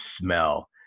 smell